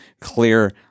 clear